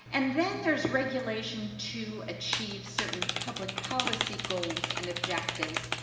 and then, there's regulation to achieve certain public policy goals, and objectives,